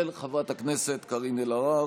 של חברת הכנסת קארין אלהרר.